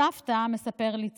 הסבתא, מספר לי צורי,